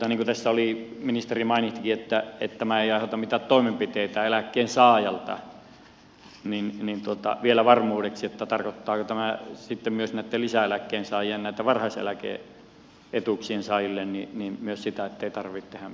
tässä ministeri mainitsikin että tämä ei aiheuta mitään toimenpiteitä eläkkeensaajalta niin vielä varmuudeksi että tarkoittaako tämä sitten myös näille lisäeläkkeensaajille varhaiseläke etuuksien saajille sitä ettei tarvitse tehdä mitään toimenpiteitä